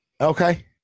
Okay